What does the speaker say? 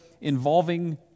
involving